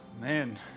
man